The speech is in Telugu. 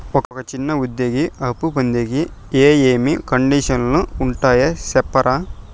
ఒక చిన్న ఉద్యోగి అప్పు పొందేకి ఏమేమి కండిషన్లు ఉంటాయో సెప్తారా?